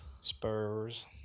Spurs